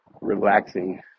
relaxing